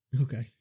Okay